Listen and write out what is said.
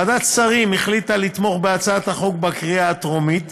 ועדת השרים החליטה לתמוך בהצעת החוק בקריאה הטרומית,